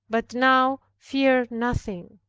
but now feared nothing.